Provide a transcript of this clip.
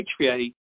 HVA